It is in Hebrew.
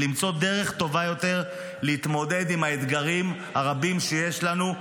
למצוא דרך טובה יותר להתמודד עם האתגרים הרבים שיש לנו,